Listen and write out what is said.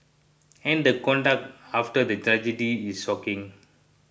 and the conduct after the tragedy is shocking